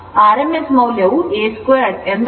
rms ಮೌಲ್ಯವು a2 ಎಂದರ್ಥ